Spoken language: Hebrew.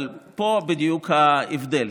אבל פה בדיוק ההבדל.